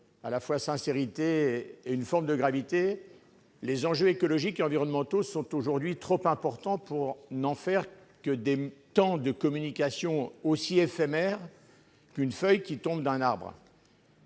avec sincérité et une forme de gravité : les enjeux écologiques et environnementaux sont aujourd'hui trop importants pour qu'on n'y recoure que pour des moments de communication aussi éphémères qu'une feuille qui tombe d'un arbre.